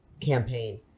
campaign